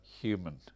human